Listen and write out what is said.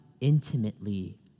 intimately